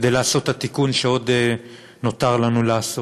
כדי לעשות את התיקון שעוד נותר לנו לעשות.